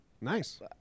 Nice